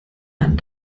man